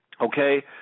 Okay